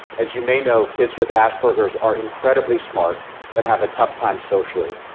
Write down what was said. as you may know, kids with asperger's are incredibly smart but have a tough time socially.